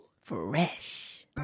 Fresh